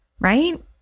right